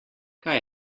kaj